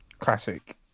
classic